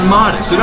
modest